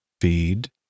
feed